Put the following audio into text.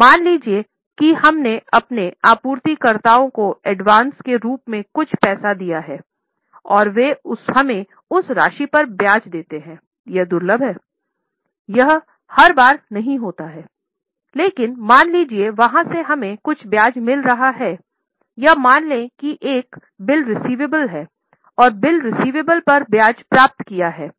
मान लीजिए कि हमने अपने आपूर्तिकर्ताओं को एडवांसेज पर ब्याज प्राप्त किया है